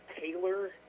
Taylor